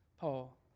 Paul